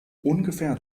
ungefähr